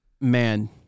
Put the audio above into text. Man